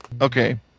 Okay